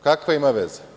Kakve ima veze?